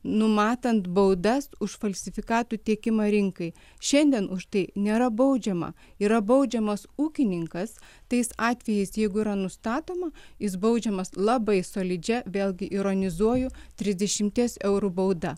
numatant baudas už falsifikatų tiekimą rinkai šiandien už tai nėra baudžiama yra baudžiamas ūkininkas tais atvejais jeigu yra nustatoma jis baudžiamas labai solidžia vėlgi ironizuoju trisdešimties eurų bauda